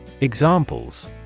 Examples